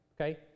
Okay